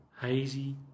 hazy